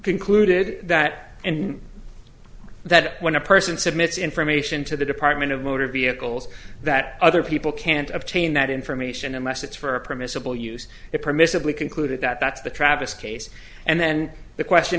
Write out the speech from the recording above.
concluded that and that when a person submits information to the department of motor vehicles that other people can't obtain that information unless it's for a permissible use it permissibly concluded that that's the travis case and then the question